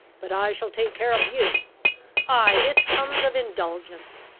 but i shall take care of you ay, this comes of indulgence.